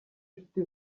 nshuti